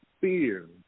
fear